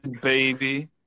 baby